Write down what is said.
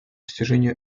достижению